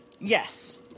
Yes